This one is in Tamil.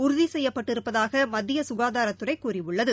உறுதி செய்யப்பட்டிருப்பதாக மத்திய சுகாதார்ததுறை கூறியுள்ளது